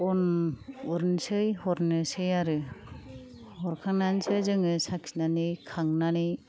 अन उनसै हरनोसै आरो हरखांनानैसो जोङो साखिनानै खांनानै